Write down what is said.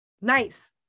nice